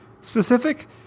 specific